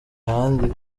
ahandi